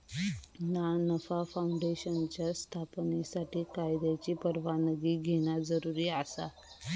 ना नफा फाऊंडेशनच्या स्थापनेसाठी कायद्याची परवानगी घेणा जरुरी आसा